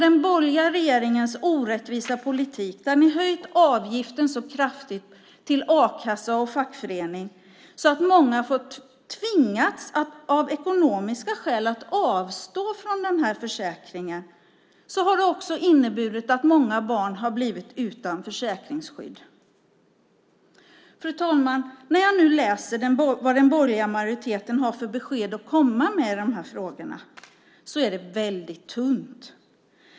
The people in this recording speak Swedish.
Den borgerliga regeringens orättvisa politik där avgiften till a-kassa och fackförening har höjts så kraftigt att många av ekonomiska skäl tvingas avstå från försäkringen har inneburit att många barn har blivit utan försäkringsskydd. Fru talman! När jag läser vad den borgerliga majoriteten har att komma med i de här frågorna är det väldigt tunt.